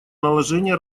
наложения